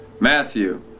Matthew